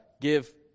give